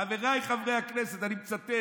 חבריי חברי הכנסת,